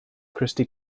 christi